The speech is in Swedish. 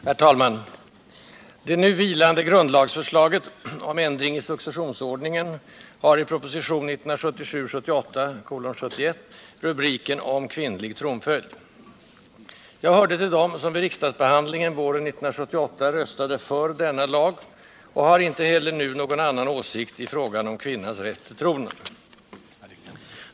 Herr talman! Det nu vilande grundlagsförslaget om ändring i successionsordningen bar i propositionen 1977/78:71 rubriken ”om kvinnlig tronföljd”. Jag hörde till dem som vid riksdagsbehandlingen våren 1978 röstade för denna lag och har inte heller nu någon annan åsikt i frågan om kvinnas rätt till tronen.